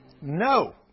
No